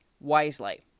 wisely